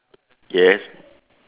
yes